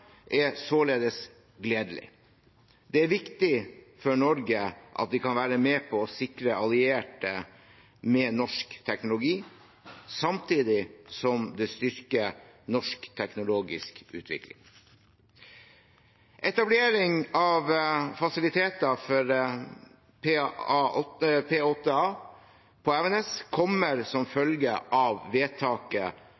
er således gledelig. Det er viktig for Norge at vi kan være med på å sikre allierte med norsk teknologi samtidig som det styrker norsk teknologisk utvikling. Etablering av fasiliteter for P-8A på Evenes kommer som